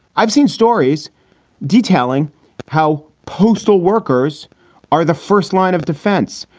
i've seen stories detailing how postal workers are the first line of defense.